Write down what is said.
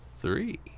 three